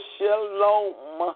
Shalom